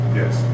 yes